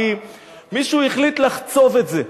כי מישהו החליט לחצוב את זה.